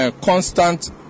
constant